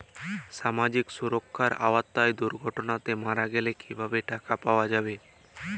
সামাজিক সুরক্ষার আওতায় দুর্ঘটনাতে মারা গেলে কিভাবে টাকা পাওয়া যাবে?